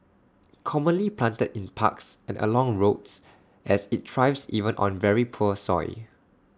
commonly planted in parks and along roads as IT thrives even on very poor soils